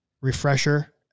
refresher